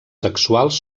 sexuals